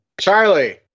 Charlie